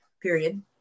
period